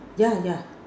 ya ya